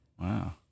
wow